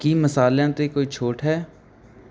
ਕੀ ਮਸਾਲਿਆਂ 'ਤੇ ਕੋਈ ਛੋਟ ਹੈ